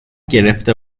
گرفته